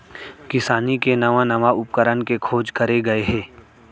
किसानी के नवा नवा उपकरन के खोज करे गए हे